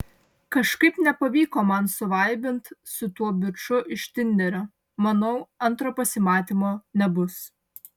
kažkaip nepavyko man suvaibint su tuo biču iš tinderio manau antro pasimatymo nebus